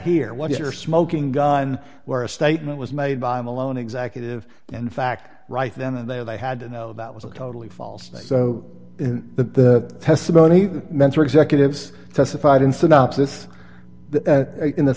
here what you're smoking gun where a statement was made by malone executive in fact right then and there they had to know that was a totally false so the testimony that mentor executives testified in synopsis in the